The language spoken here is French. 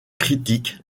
critiques